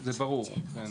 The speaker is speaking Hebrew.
זה ברור.